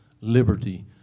liberty